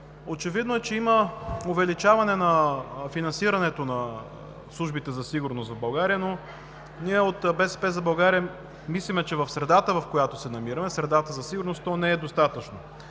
Очевидно е, че има увеличаване на финансирането на службите за сигурност в България, но ние от „БСП за България“ мислим, че в средата за сигурност, в която се намираме, то не е достатъчно.